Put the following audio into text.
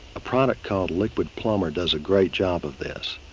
a product called liquid plumr does a great job of this.